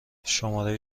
شماره